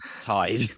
tied